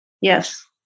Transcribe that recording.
Yes